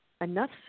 enough